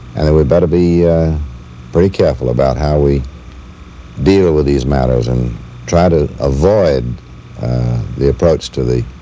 and that we better be very careful about how we deal with these matters and try to avoid the approach to the